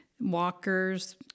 walkers